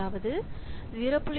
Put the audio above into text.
அதாவது 0